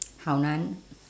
好男